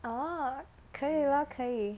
oh 可以 lor 可以